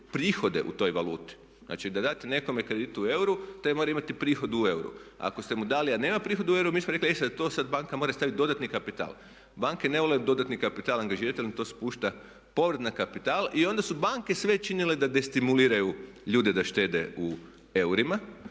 prihode u toj valuti. Znači, da date nekome kredit u euru taj mora imati prihod u euru. A ako ste mu dali a nema prihod u euru mi smo rekli e to sad banka mora staviti dodatni kapital. Banke ne vole dodatni kapital angažirati jer im to spušta povrat na kapital i onda su banke sve činile da destimuliraju ljude da štede u eurima